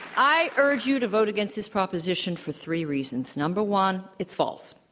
i urge you to vote against this proposition for three reasons. number one, it's false.